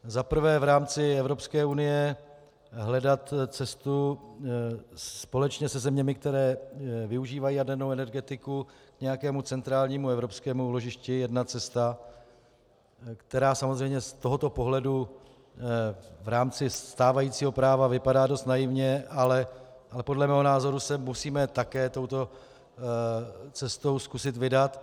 Za prvé v rámci EU hledat cestu společně se zeměmi, které využívají jadernou energetiku, k nějakému centrálnímu evropskému úložišti jedna cesta, která samozřejmě z tohoto pohledu v rámci stávajícího práva vypadá dost naivně, ale podle mého názoru se musíme také touto cestou zkusit vydat.